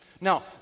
Now